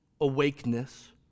awakeness